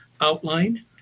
outline